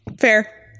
Fair